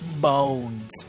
bones